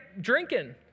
drinking